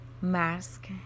mask